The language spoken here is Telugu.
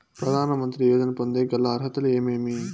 ప్రధాన మంత్రి యోజన పొందేకి గల అర్హతలు ఏమేమి?